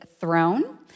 throne